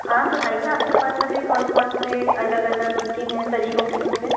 आप बताइए आपके पास अभी कौन कौन से अलग अलग उनके हैं तरीकों के जूते